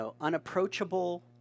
unapproachable